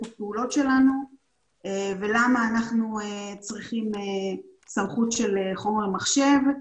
הפעולות שלנו ולמה אנחנו צריכים סמכות של חומר מחשב.